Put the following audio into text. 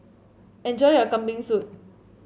enjoy your Kambing Soup